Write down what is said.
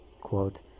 Quote